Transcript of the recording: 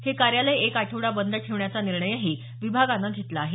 हे कार्यालय एक आठवडा बंद ठेवण्याचा निर्णयही विभागानं घेतला आहे